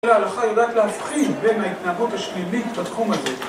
ההלכה יודעת להבחין בין ההתנהגות השלילית לתחום הזה